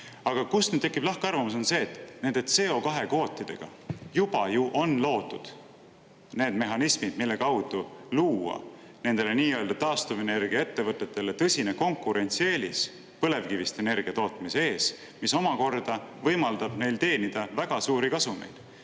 Aga kust nüüd tekib lahkarvamus, on see, et nende CO2 kvootidega juba ju on loodud need mehhanismid, mille kaudu luua nendele nii-öelda taastuvenergia ettevõtetele tõsine konkurentsieelis põlevkivist energia tootmise ees, mis omakorda võimaldab neil teenida väga suuri kasumeid.